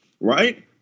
right